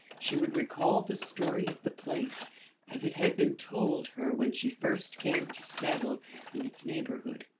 she would recall the story of the place as it had been told her when she first came to settle in its neighbourhood.